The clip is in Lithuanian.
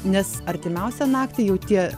nes artimiausią naktį jau tie